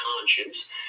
conscience